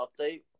update